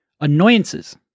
annoyances